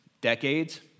decades